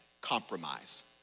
compromise